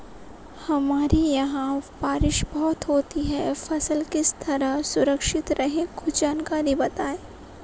हमारे यहाँ बारिश बहुत होती है फसल किस तरह सुरक्षित रहे कुछ जानकारी बताएं?